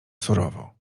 surowo